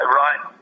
right